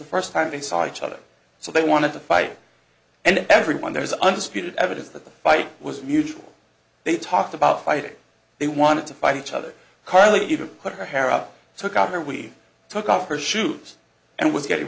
the first time they saw each other so they wanted to fight and everyone there was understood evidence that the fight was mutual they talked about fighting they wanted to fight each other carly even cut her hair out so i got there we took off her shoes and was getting